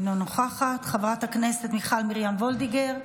אינה נוכחת, חברת הכנסת מיכל מרים וולדיגר,